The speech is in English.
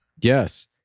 Yes